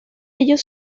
ellos